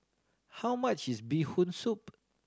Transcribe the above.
how much is Bee Hoon Soup